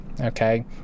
okay